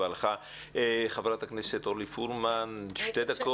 חברת הכנסת אורלי פרומן, בבקשה.